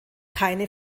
keine